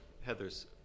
Heather's